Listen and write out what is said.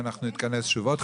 13:55.